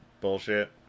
bullshit